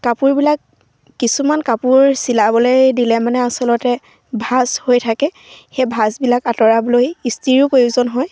কাপোৰবিলাক কিছুমান কাপোৰ চিলাবলৈ দিলে মানে আচলতে ভাজ হৈ থাকে সেই ভাজবিলাক আঁতৰাবলৈ ইস্ত্ৰিও প্ৰয়োজন হয়